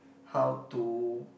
how to